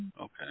Okay